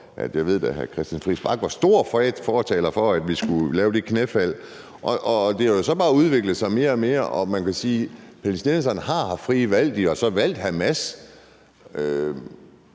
jeg ved at hr. Christian Friis Bach var stor fortaler for, at vi skulle lave det knæfald. Det har jo så bare udviklet sig mere og mere. Man kan sige, at palæstinenserne har haft frie valg. De har så valgt Hamas.